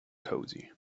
cosy